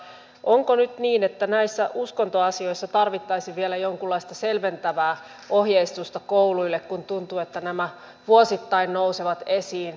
onko nyt niin että näissä uskontoasioissa tarvittaisiin vielä jonkinlaista selventävää ohjeistusta kouluille kun tuntuu että nämä uskontoon liittyvät kysymykset vuosittain nousevat esiin